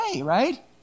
right